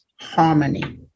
harmony